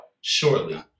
shortly